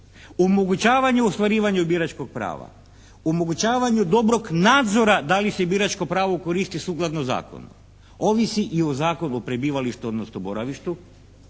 omogućavanju i ostvarivanju biračkog prava, u omogućavanju dobrog nadzora da li se biračko pravo koristi sukladno zakonu ovisi i o Zakonu o prebivalištu odnosno boravištu,